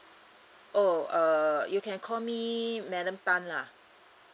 oh uh you can call me madam tan lah